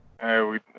Hey